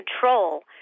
control